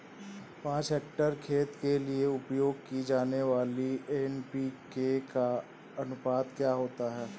पाँच हेक्टेयर खेत के लिए उपयोग की जाने वाली एन.पी.के का अनुपात क्या होता है?